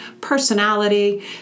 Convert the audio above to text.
personality